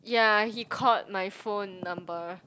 ya he called my phone number